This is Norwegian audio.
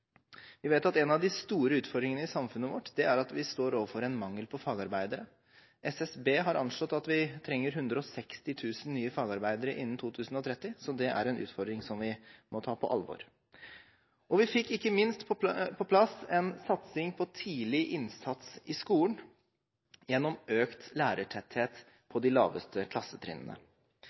Vi vet at en av de store utfordringene i samfunnet vårt, er at vi står overfor en mangel på fagarbeidere. SSB har anslått at vi trenger 160 000 nye fagarbeidere innen 2030, så det er en utfordring som vi må ta på alvor. Vi fikk ikke minst på plass en satsing på tidlig innsats i skolen, gjennom økt lærertetthet på de laveste klassetrinnene.